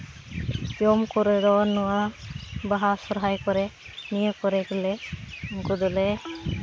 ᱡᱚᱢ ᱠᱚᱨᱮ ᱫᱚ ᱱᱚᱣᱟ ᱵᱟᱦᱟ ᱥᱚᱨᱦᱟᱭ ᱠᱚᱨᱮ ᱱᱤᱭᱟᱹ ᱠᱚᱨᱮ ᱜᱮᱞᱮ ᱩᱱᱠᱩ ᱫᱚᱞᱮ